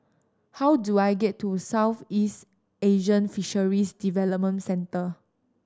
how do I get to Southeast Asian Fisheries Development Centre